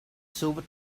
silver